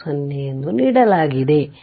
0 ನೀಡಲಾಗಿದೆ